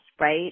right